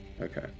Okay